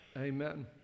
Amen